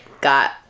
got